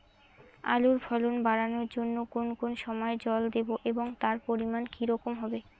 আলুর ফলন বাড়ানোর জন্য কোন কোন সময় জল দেব এবং তার পরিমান কি রকম হবে?